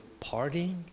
partying